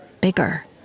bigger